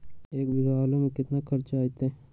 एक बीघा आलू में केतना खर्चा अतै?